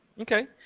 okay